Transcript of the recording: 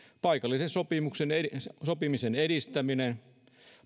paikallisen sopimisen edistäminen